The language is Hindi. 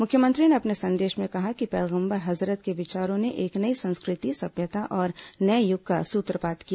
मुख्यमंत्री ने अपने संदेश में कहा है कि पैगम्बर हजरत के विचारों ने एक नई संस्कृति सभ्यता और नए यूग का सूत्रपात किया